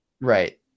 Right